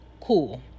Cool